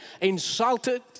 insulted